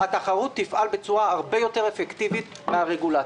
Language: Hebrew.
התחרות תפעל בצורה הרבה יותר אפקטיבית מן הרגולציה.